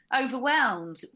overwhelmed